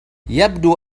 يبدو